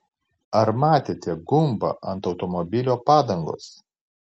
ar matėte gumbą ant automobilio padangos